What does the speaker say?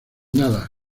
nada